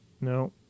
no